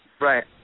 Right